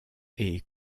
est